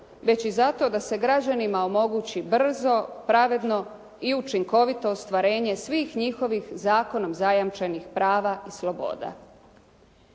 već i zato da se građanima omogući brzo, pravedno i učinkovito ostvarenje svih njihovih zakonom zajamčenih prava i sloboda.